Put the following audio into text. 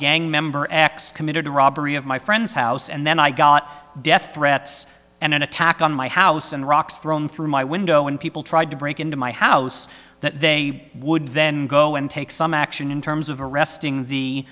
gang member x committed a robbery of my friend's house and then i got death threats and an attack on my house and rocks thrown through my window when people tried to break into my house that they would then go and take some action in terms of arresting the